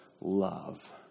love